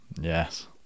Yes